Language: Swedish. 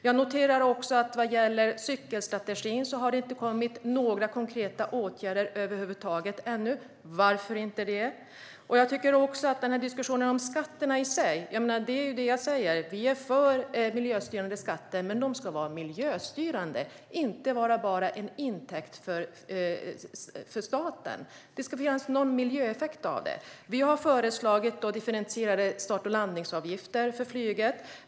Jag noterar också att när det gäller cykelstrategin har det ännu inte kommit några konkreta åtgärder över huvud taget, och jag undrar varför. När det gäller diskussionen som skatterna i sig säger jag att vi är för miljöstyrande skatter. Men de ska vara miljöstyrande och inte bara vara en intäkt för staten. Det ska finnas någon miljöeffekt. Vi har föreslagit differentierade start och landningsavgifter för flyget.